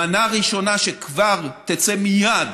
מנה ראשונה, שכבר תצא מייד